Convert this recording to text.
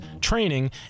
training